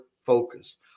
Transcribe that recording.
focus